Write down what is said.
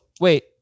Wait